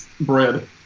bread